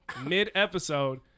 mid-episode